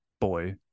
boy